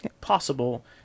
possible